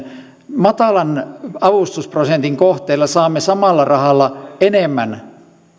matalan avustusprosentin kohteilla saamme samalla rahalla enemmän